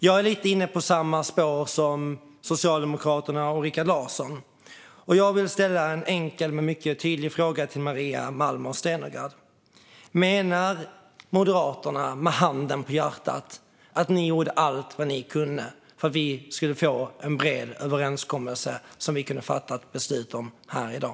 Jag är lite inne på samma spår som Socialdemokraterna och Rikard Larsson och vill ställa en enkel och mycket tydlig fråga till Maria Malmer Stenergard: Menar Moderaterna med handen på hjärtat att ni gjorde allt vad ni kunde för att vi skulle få en bred överenskommelse som vi kunde ha fattat beslut om här i dag?